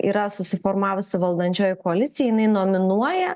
yra susiformavusi valdančioji koalicija jinai nominuoja